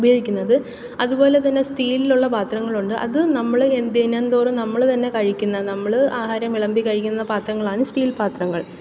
ഉപയോഗിക്കുന്നത് അതുപോലെതന്നെ സ്റ്റീലിലുള്ള പാത്രങ്ങളുണ്ട് അത് നമ്മള് ദിനംതോറും നമ്മള് തന്നെ കഴിക്കുന്ന നമ്മള് ആഹാരം വിളമ്പിക്കഴിക്കുന്ന പാത്രങ്ങളാണ് സ്റ്റീൽ പാത്രങ്ങൾ